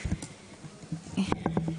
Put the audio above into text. באמת